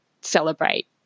celebrate